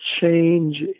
change